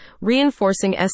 reinforcing